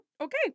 Okay